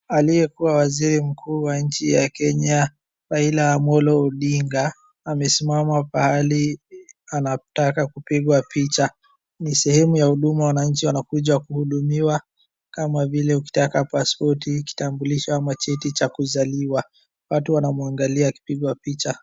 Aliyekuwa waziri mkuu wa nchi ya Kenya, Raila Amolo Odinga, amesimama pahali anataka kupigwa picha. Ni sehemu ya Huduma wananchi wanakuja kuhudumiwa kama vile ukitaka paspoti, kitambulisho ama cheti cha kuzaliwa. Watu wanamuangalia akipigwa picha.